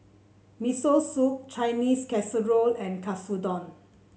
Miso Soup Chinese Casserole and Katsudon